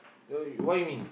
no you what you mean